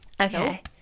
Okay